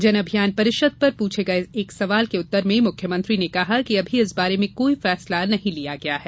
जन अभियान परिषद पर पूछे गये एक सवाल के उत्तर में मुख्यमंत्री ने कहा कि अभी इस बारे में कोई फैसला नहीं लिया गया है